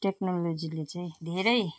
टेक्नोलोजीले चाहिँ धेरै